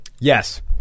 Yes